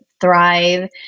thrive